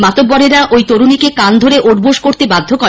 মাতব্বরেরা ওই তরুণীকে কান ধরে ওঠবোস করতে বাধ্য করে